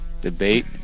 debate